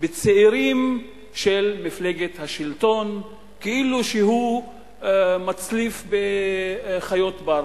בצעירים של מפלגת השלטון כאילו שהוא מצליף בחיות בר.